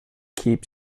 keep